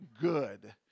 good